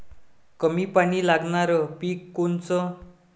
कमी पानी लागनारं पिक कोनचं?